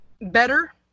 better